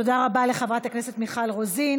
תודה רבה לחברת הכנסת מיכל רוזין.